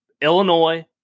Illinois